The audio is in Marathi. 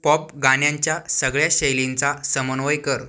पॉप गाण्यांच्या सगळ्या शैलींचा समन्वय कर